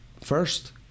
first